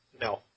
No